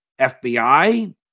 FBI